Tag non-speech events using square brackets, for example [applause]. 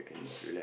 [noise]